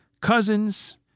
cousins